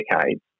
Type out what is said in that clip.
decades